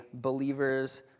believer's